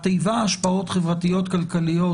התיבה "השפעות חברתיות כלכליות"